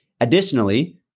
Additionally